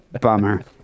Bummer